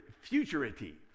futurity